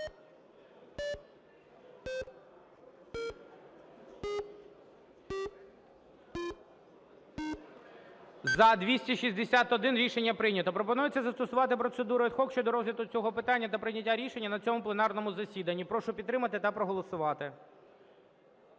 За-261 Рішення прийнято. Пропонується застосувати процедуру ad hoc щодо розгляду цього питання та прийняття рішення на цьому пленарному засіданні. Прошу підтримати та проголосувати.